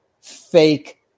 fake